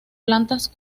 plantas